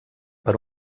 per